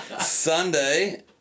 Sunday